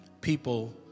people